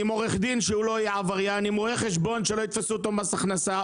עם עורך דין שלא יהיה עבריין עם רואה חשבון שלא יתפסו אותו מס הכנסה.